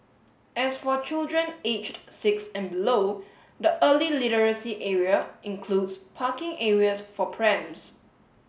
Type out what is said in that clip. as for children aged six and below the early literacy area includes parking areas for prams